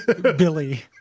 Billy